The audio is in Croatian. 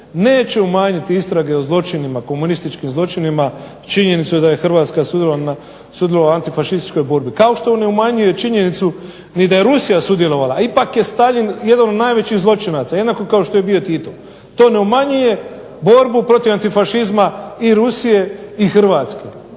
Neće umanjiti istrage o zločinima komunističkim zločinima činjenicu da je Hrvatska sudjelovala u antifašističkoj borbi, kao što ne umanjuje činjenicu ni je da je Rusija sudjelovala. Ipak je Staljin jedan od najvećih zločinaca, jednako kao što je bio Tito. To ne umanjuje borbu protiv antifašizma, i Rusije i Hrvatske.